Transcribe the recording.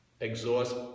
exhaust